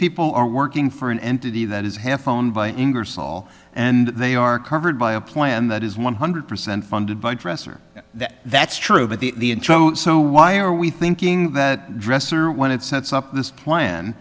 people are working for an entity that is half own by ingersoll and they are covered by a plan that is one hundred percent funded by dresser that's true but the so why are we thinking that dresser when it sets up this plan